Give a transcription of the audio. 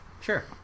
Sure